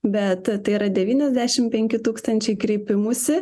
bet tai yra devyniasdešim penki tūkstančiai kreipimųsi